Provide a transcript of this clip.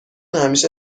همیشه